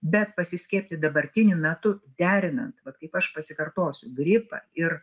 bet pasiskiepyt dabartiniu metu derinant vat kaip aš pasikartosiu gripą ir